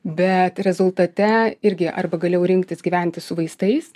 bet rezultate irgi arba galėjau rinktis gyventi su vaistais